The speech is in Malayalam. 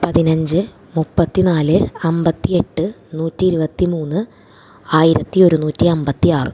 പതിനഞ്ച് മുപ്പത്തി നാല് അമ്പത്തി എട്ട് നൂറ്റി ഇരുപത്തി മൂന്ന് ആയിരത്തി ഒരുന്നൂറ്റി അമ്പത്തി ആറ്